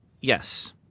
Yes